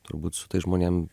turbūt su tais žmonėm